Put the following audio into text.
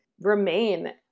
remain